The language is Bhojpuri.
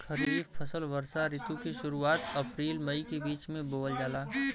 खरीफ फसल वषोॅ ऋतु के शुरुआत, अपृल मई के बीच में बोवल जाला